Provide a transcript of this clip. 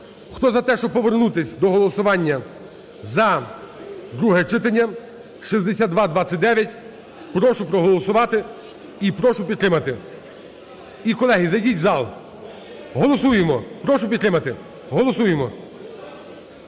Хто за те, щоб повернутись до голосування за друге читання 6229, прошу проголосувати і прошу підтримати. І колеги, зайдіть в зал, голосуємо. Прошу підтримати, голосуємо.